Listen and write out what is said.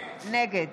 נגד